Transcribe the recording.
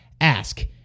ask